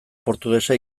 portugesa